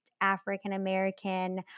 African-American